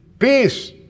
Peace